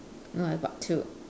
no I got two